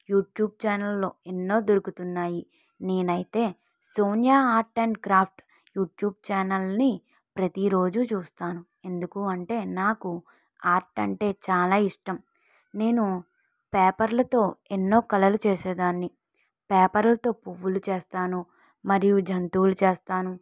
YouTube ఛానెల్లో ఎన్నో దొరుకుతున్నాయి నేను అయితే Sonia art and craft YouTube ఛానల్ని ప్రతీ రోజూ చూస్తాను ఎందుకు అంటే నాకు ఆర్ట్ అంటే చాలా ఇష్టం నేను పేపర్లతో ఎన్నో కళలు చేసేదాన్ని పేపర్లతో పువ్వులు చేస్తాను మరియు జంతువులు చేస్తాను